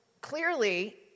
clearly